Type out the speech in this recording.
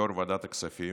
יו"ר ועדת הכספים,